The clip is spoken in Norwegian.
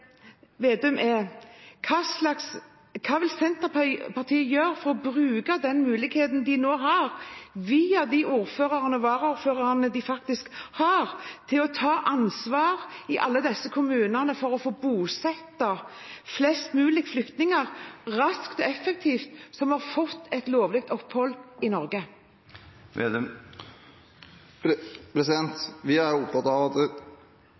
Vedum er: Hva vil Senterpartiet gjøre for å bruke den muligheten via de ordførerne og varaordførerne de faktisk har, til å ta ansvar i alle disse kommunene for å få bosatt flest mulig flyktninger som har fått lovlig opphold i Norge, raskt og effektivt? Vi er opptatt av: